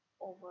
over